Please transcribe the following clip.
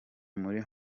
muri